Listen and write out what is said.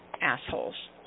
assholes